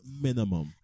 minimum